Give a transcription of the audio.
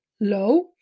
low